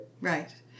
Right